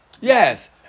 Yes